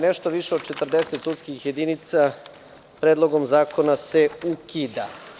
Nešto više od 40 sudskih jedinica Predlogom zakonom se ukida.